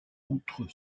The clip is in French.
outre